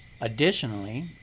Additionally